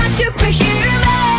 superhuman